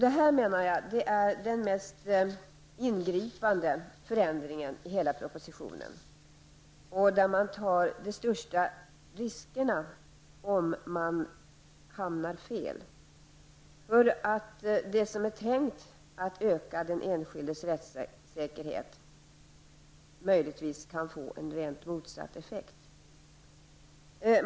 Jag menar att detta är den mest ingripande förändringen i hela propositionen, och det är i samband med denna förändring som man tar de största riskerna om man hamnar fel. Det som är tänkt att öka den enskildes rättssäkerhet kan nämligen eventuellt få motsatt effekt.